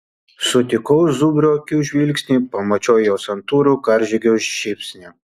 sutikau zubrio akių žvilgsnį pamačiau jo santūrų karžygio šypsnį